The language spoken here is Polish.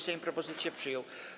Sejm propozycję przyjął.